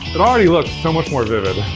it already looks so much more vivid.